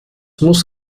muss